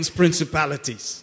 principalities